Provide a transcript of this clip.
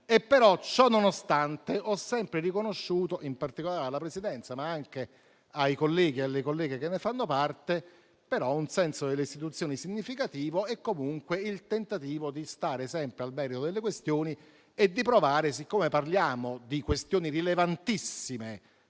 Ciò nonostante, ho sempre riconosciuto, in particolare alla Presidenza, ma anche ai colleghi e alle colleghe che ne fanno parte, un senso delle istituzioni significativo e comunque il tentativo di stare sempre nel merito delle questioni. Siccome parliamo di questioni rilevantissime